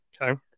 Okay